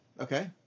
Okay